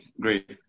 great